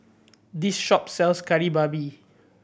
this shop sells Kari Babi